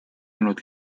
olnud